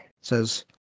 says